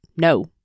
no